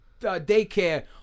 daycare